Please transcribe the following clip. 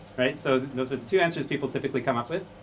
right? so those are the two answers people typically come up with.